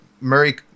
Murray